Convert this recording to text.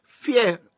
Fear